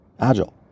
Agile